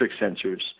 sensors